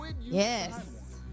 Yes